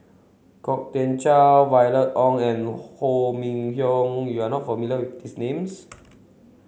Kwok Kian Chow Violet Oon and Ho Minfong you are not familiar with these names